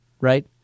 right